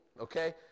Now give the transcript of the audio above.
Okay